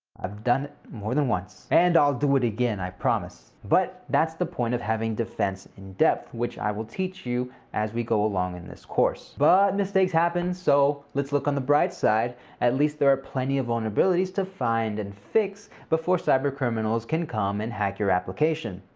i've done it more than once. and i'll do it again, i promise! but that's the point of having defense in depth, which i will teach you as we go along in this course. but mistakes happen, so let's look on the bright side at least there are plenty of vulnerabilities to find and fix before cybercriminals can come and hack your application.